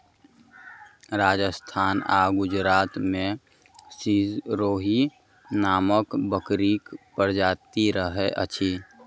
राजस्थान आ गुजरात मे सिरोही नामक बकरीक प्रजाति रहैत अछि